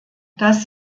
dass